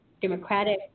democratic